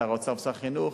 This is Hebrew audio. שר האוצר ושר החינוך